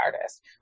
artist